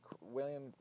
William